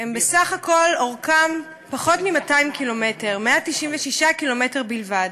בסך הכול אורכם פחות מ-200 ק"מ, 196 ק"מ בלבד,